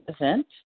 event